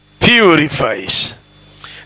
purifies